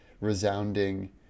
resounding